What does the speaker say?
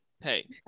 hey